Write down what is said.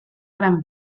gran